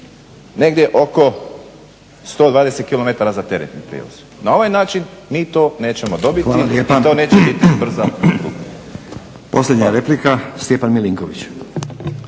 negdje oko 120 km za teretni prijevoz. Na ovaj način mi to nećemo dobiti i to neće biti brza pruga. **Stazić,